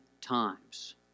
times